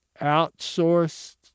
Outsourced